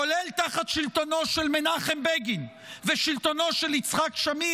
כולל תחת שלטונו של מנחם בגין ושלטונו של יצחק שמיר,